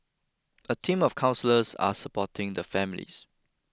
a team of counsellors are supporting the families